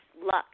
luck